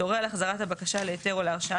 תורה על החזרת הבקשה להיתר או להרשאה